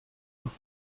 noch